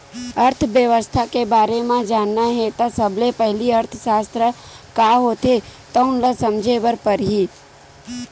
अर्थबेवस्था के बारे म जानना हे त सबले पहिली अर्थसास्त्र का होथे तउन ल समझे बर परही